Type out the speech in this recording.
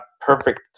perfect